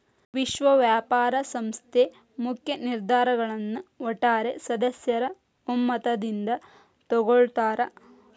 ವಿಶ್ವ ವ್ಯಾಪಾರ ಸಂಸ್ಥೆ ಮುಖ್ಯ ನಿರ್ಧಾರಗಳನ್ನ ಒಟ್ಟಾರೆ ಸದಸ್ಯರ ಒಮ್ಮತದಿಂದ ತೊಗೊಳ್ತಾರಾ